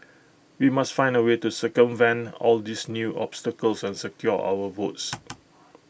we must find A way to circumvent all these new obstacles and secure our votes